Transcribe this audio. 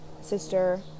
sister